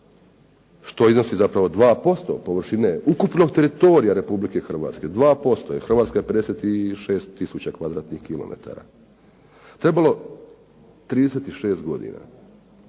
što iznosi 2% površine ukupnog teritorija Republike Hrvatske. 2%, jer Hrvatska je 56 tisuća kvadratnih kilometara, trebalo 36 godina